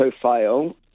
profile